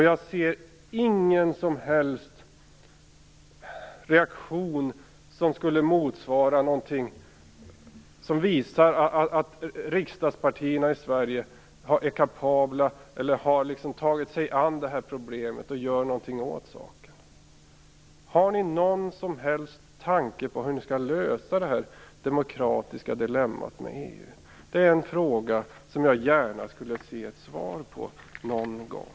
Jag ser ingen som helst reaktion som skulle visa att riksdagspartierna i Sverige har tagit sig an det här problemet och gör någonting åt saken. Har ni någon som helst tanke på hur ni skall lösa det här demokratiska dilemmat med EU? Det är en fråga som jag gärna skulle se ett svar på någon gång.